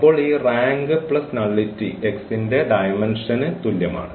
അപ്പോൾ ഈ rank plus nullity X ന്റെ ഡയമെന്ഷന് തുല്യമാണ്